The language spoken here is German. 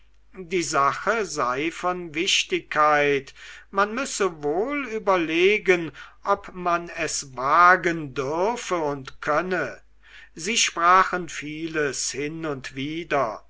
die sache sei von wichtigkeit man müsse wohl überlegen ob man es wagen dürfe und könne sie sprachen vieles hin und wider